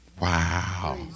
Wow